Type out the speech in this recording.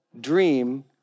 dream